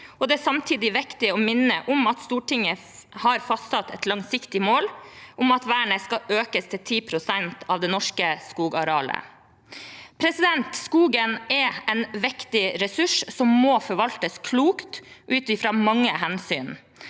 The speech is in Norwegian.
Det er samtidig viktig å minne om at Stortinget har fastsatt et langsiktig mål om at vernet skal økes til 10 pst. av det norske skogarealet. Skogen er en viktig ressurs som må forvaltes klokt ut ifra mange hensyn.